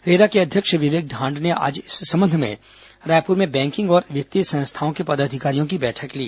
RERA के अध्यक्ष विवेक ढांड ने आज इस संबंध में रायपुर में बैकिंग और वित्तीय संस्थाओं के पदाधिकारियों की बैठक ली